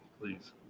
Please